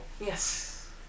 Yes